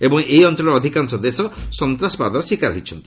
ଏବଂ ଏହି ଅଞ୍ଚଳର ଅଧିକାଂଶ ଦେଶ ସନ୍ତାସବାଦର ଶିକାର ହୋଇଛନ୍ତି